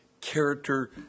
character